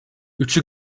üçü